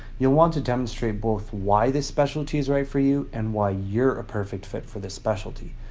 you'll want to demonstrate both why this specialty is right for you, and why you're a perfect fit for this specialty.